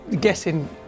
guessing